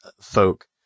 folk